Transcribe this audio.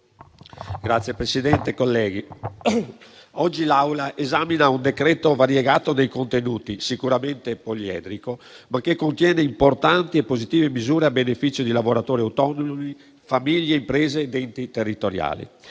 Signor Presidente, oggi l'Assemblea esamina un decreto variegato nei contenuti, sicuramente poliedrico, poiché contiene importanti e positive misure a beneficio di lavoratori autonomi, famiglie, imprese ed enti territoriali.